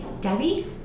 Debbie